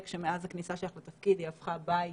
שמאז הכניסה שלך לתפקיד היא הפכה בית